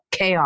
KR